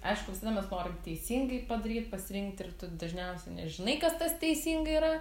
aišku visada mes norim teisingai padaryt pasirinkt ir tu dažniausiai nežinai kas tas teisingai yra